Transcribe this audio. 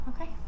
Okay